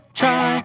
try